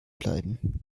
bleiben